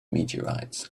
meteorites